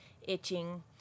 itching